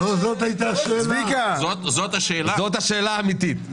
זאת השאלה האמיתית.